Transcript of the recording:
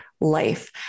life